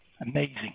amazing